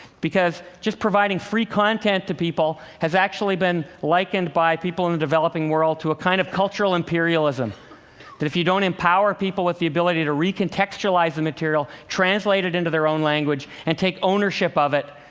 because just providing free content to people has actually been likened by people in the developing world to a kind of cultural imperialism that if you don't empower people with the ability to re-contextualize the material, translate it into their own language and take ownership of it,